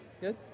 Good